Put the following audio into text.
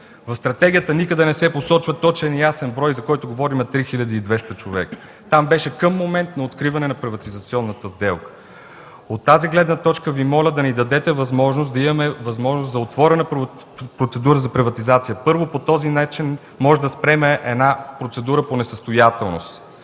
В стратегията никъде не се посочва точен и ясен брой, за който говорим – 3200 човека. Там беше „към момент на откриване на приватизационната сделка”. От тази гледна точка Ви моля да ни дадете възможност за процедура за приватизация. Първо, по този начин можем да спрем една процедура по несъстоятелност,